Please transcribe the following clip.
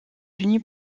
unis